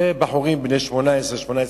זה בחורים בני 18, 18.5,